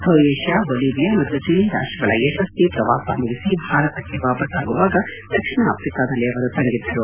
Croatia Bolivia ಮತ್ತು Chile ರಾಷ್ಟಗಳ ಯಶಸ್ವಿ ಪ್ರವಾಸ ಮುಗಿಸಿ ಭಾರತಕ್ಕೆ ವಾಪಾಸ್ತಾಗುವಾಗ ದಕ್ಷಿಣ ಆಫ್ರಿಕಾದಲ್ಲಿ ಅವರು ತಂಗಿದ್ದರು